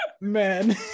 man